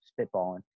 spitballing